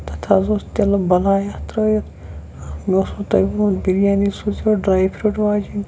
تَتھ حظ اوس تِلہٕ بَلایا ترٛٲیِتھ مےٚ اوسمو تۄہہِ ووٚنمُت بِریانی سوٗزیو ڈرٛاے فِرٛوٗٹ واجٮ۪ن